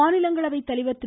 மாநிலங்களவை தலைவர் திரு